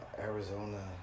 Arizona